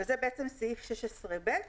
וזה בעצם סעיף (16ב),